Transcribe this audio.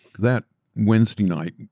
that wednesday night,